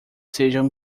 sejam